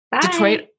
Detroit